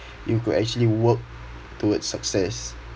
you could actually work towards success